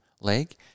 leg